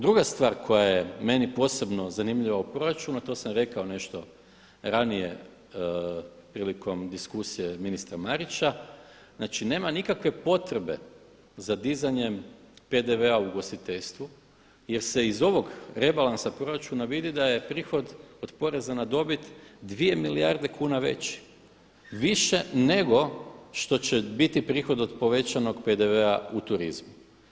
Druga stvar koja je meni posebno zanimljiva u proračunu a to sam rekao nešto ranije prilikom diskusije ministra Marića, znači nema nikakve potrebe za dizanjem PDV-a u ugostiteljstvu jer se iz ovog rebalansa proračuna vidi da je prihod od poreza na dobit 2 milijarde kuna veći, više nego što će biti prihod od povećanog PDV-a u turizmu.